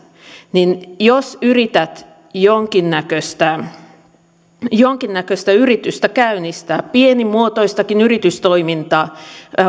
niin jos yrität jonkinnäköistä yritystä käynnistää pienimuotoistakin yritystoimintaa